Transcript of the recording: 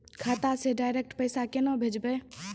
खाता से डायरेक्ट पैसा केना भेजबै?